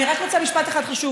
אני רק רוצה לומר משפט אחד חשוב.